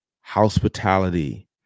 hospitality